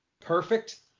Perfect